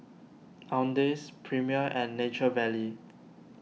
Owndays Premier and Nature Valley